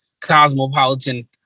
cosmopolitan